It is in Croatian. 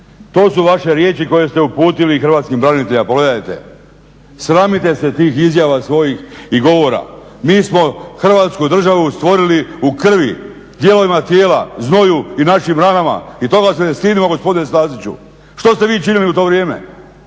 To su vaše riječi koje ste uputili hrvatskim braniteljima, pogledajte. Sramite se tih izjava svojih i govora. Mi smo Hrvatsku državu stvorili u krvi, dijelovima tijela, znoju i našim ranama i toga se ne stidimo gospodine Staziću. Što ste vi činili u to vrijeme?